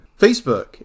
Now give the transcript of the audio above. Facebook